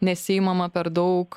nesiimama per daug